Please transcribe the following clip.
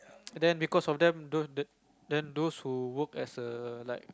then because of them those the then those who work as a like